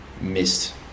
missed